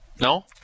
No